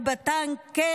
ובטנק,